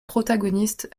protagonistes